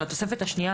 על התוספת השנייה,